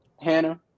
Hannah